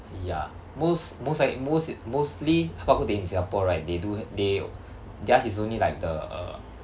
ya most most like most mostly bak kut teh in singapore right they do they theirs is only like the